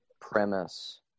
premise